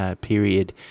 period